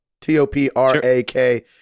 T-O-P-R-A-K